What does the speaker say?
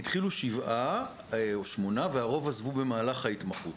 התחילו 7 או 8, והרוב עזבו במהלך ההתמחות.